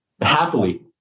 Happily